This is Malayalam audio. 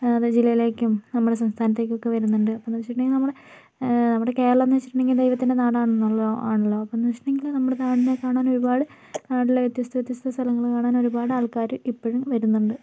അതാത് ജില്ലയിലേക്കും നമ്മുടെ സംസ്ഥാനത്തേക്കൊക്കെ വരുന്നുണ്ട് അപ്പൊന്ന് വെച്ചിട്ടുണ്ടങ്കിൽ നമ്മളെ നമ്മുടെ കേരളമെന്ന് വെച്ചിട്ടുണ്ടങ്കിൽ ദൈവത്തിൻ്റെ നാടാണന്നാണല്ലോ ആണല്ലോ അപ്പൊന്ന് വെച്ചിട്ടുണ്ടങ്കിൽ നമ്മുടെ നാടിനെ കാണാന് ഒരുപാട് നാട്ടിലെ വ്യത്യസ്ത വ്യത്യസ്ത സ്ഥലങ്ങൾ കാണാൻ ഒരുപാട് ആൾക്കാർ ഇപ്പോഴും വരുന്നുണ്ട്